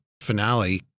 finale